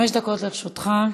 חמש דקות לרשותך.